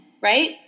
right